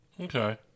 Okay